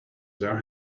their